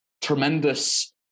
Tremendous